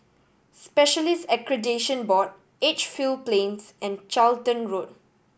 Specialists Accreditation Board Edgefield Plains and Charlton Road